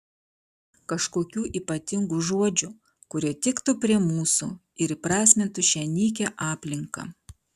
kažkokių ypatingų žodžių kurie tiktų prie mūsų ir įprasmintų šią nykią aplinką